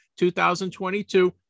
2022